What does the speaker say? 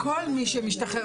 כל מי שמשתחרר